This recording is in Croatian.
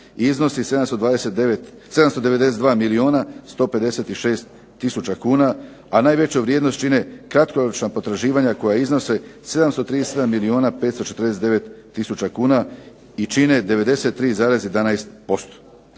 Iznosi 792 milijuna 156 tisuća kuna, a najveću vrijednost čine kratkoročna potraživanja koja iznose 737 milijuna 549 tisuća kuna i čine 93,11%.